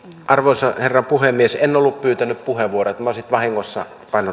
arvoisa puhemies en ollut pyytänyt puheenvuorot lasit vahingossa vain